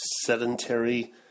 sedentary